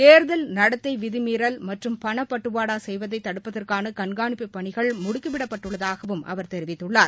தேர்தல் நடத்தை விதிமீறல் மற்றும் பணப்பட்டுவாடா செய்வதை தடுப்பதற்கான கண்காணிப்பு பணிகள் முடுக்கிவிடப்பட்டுள்ளதாகவும் அவர் தெரிவித்துள்ளார்